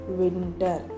winter